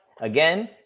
again